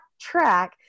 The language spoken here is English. track